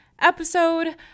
episode